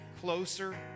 closer